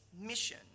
mission